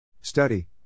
Study